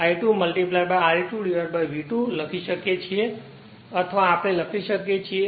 તેથી E2 આશરે V2 I2 Re2 અથવા આપણે E2 V2V2 I2 Re2V2 લખી શકીએ છીએ અથવા આપણે લખી શકીએ છીએ